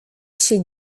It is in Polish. się